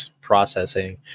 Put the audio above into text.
processing